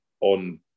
on